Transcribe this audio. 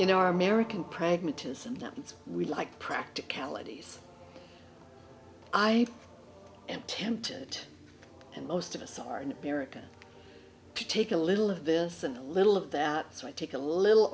you know our american pragmatism that we like practicalities i am tempted and most of us are an american to take a little of this and a little of that so i take a little